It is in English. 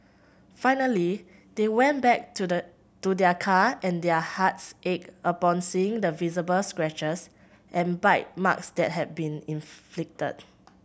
finally they went back to their to their car and their hearts ached upon seeing the visible scratches and bite marks that had been inflicted